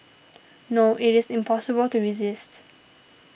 no it is impossible to resist